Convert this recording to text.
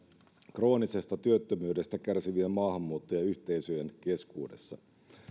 kroonisesta työttömyydestä kärsivien maahanmuuttajayhteisöjen keskuudessa